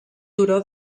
turó